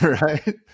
right